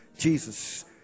Jesus